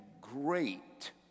great